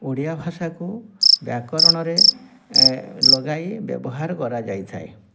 ଓଡ଼ିଆ ଭାଷାକୁ ବ୍ୟାକରଣରେ ଲଗାଇ ବ୍ୟବହାର କରାଯାଇଥାଏ